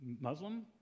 Muslim